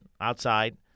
outside